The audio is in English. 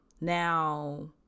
now